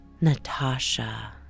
Natasha